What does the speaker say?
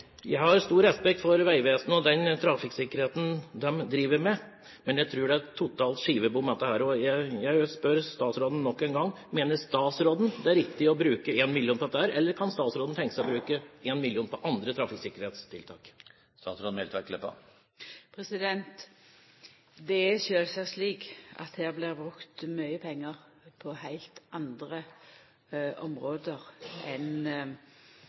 og den trafikksikkerheten de driver med, men jeg tror dette er totalt skivebom. Jeg vil spørre statsråden nok en gang: Mener statsråden det er riktig å bruke 1 mill. kr på dette, eller kan statsråden tenke seg å bruke 1 mill. kr på andre trafikksikkerhetstiltak. Det er sjølvsagt slik at det blir brukt mykje pengar på heilt andre område